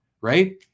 right